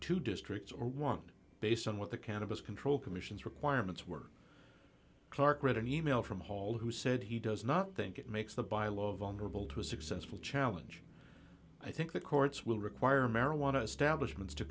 two districts or want based on what the cannabis control commission's requirements were clark read an email from hall who said he does not think it makes the bi lo vulnerable to a successful challenge i think the courts will require marijuana establishments to